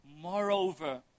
Moreover